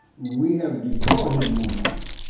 we have defrauded no man.